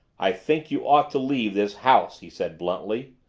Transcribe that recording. i think you ought to leave this house, he said bluntly.